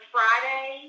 Friday